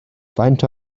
faint